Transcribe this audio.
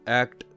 act